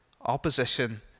opposition